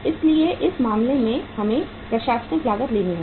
इसलिए इस मामले में हमें प्रशासनिक लागत लेनी होगी